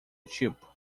tipo